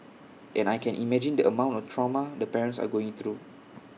and I can imagine the amount of trauma the parents are going through